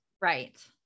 right